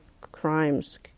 crimes